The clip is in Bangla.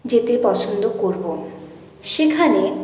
যেতে পছন্দ করবো সেখানে